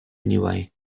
anyway